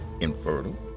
infertile